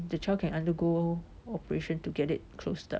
the child can undergo operation to get it closed up